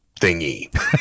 thingy